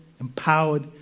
empowered